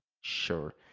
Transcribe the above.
sure